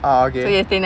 ah okay